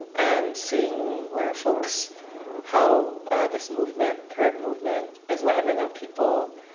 and seeing where folks how this movement, current movement is landing on people.